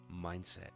mindset